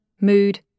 mood